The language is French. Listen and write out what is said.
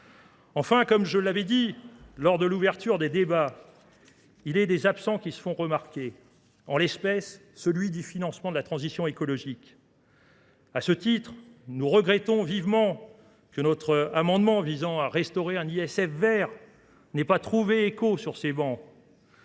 Enfin, comme je l'avais dit lors de l'ouverture des des débats, il est des absents qui se font remarquer. En l'espèce, celui du financement de la transition écologique. À ce titre, nous regrettons vivement que notre amendement visant à restaurer un ISF vert n'ait pas trouvé écho sur ces bancs.